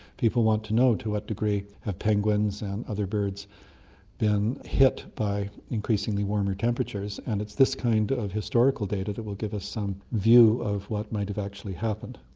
people want to know to what degree have penguins and other birds been hit by increasingly warmer temperatures, and it's this kind of historical data that will give us some view of what might have actually happened.